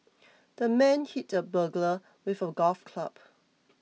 the man hit the burglar with a golf club